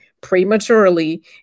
prematurely